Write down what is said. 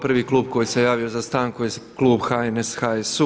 Prvi klub koji se javio za stanku je klub HNS, HSU.